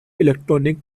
electronic